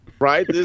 Right